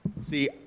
See